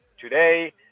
today